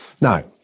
Now